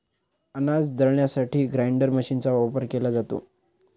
अनाज दळण्यासाठी ग्राइंडर मशीनचा वापर केला जातो